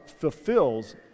Fulfills